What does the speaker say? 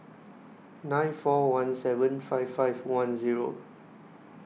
nine four one seven five five one Zero